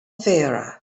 mhéara